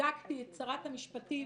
חיזקתי את שרת המשפטים